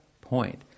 point